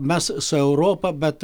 mes su europa bet